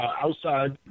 outside